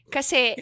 Kasi